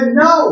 no